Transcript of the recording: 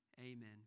Amen